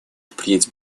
впредь